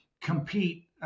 compete